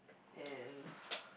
and